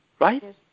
Right